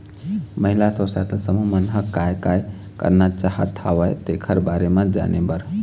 महिला स्व सहायता समूह मन ह काय काय करना चाहत हवय तेखर बारे म जाने बर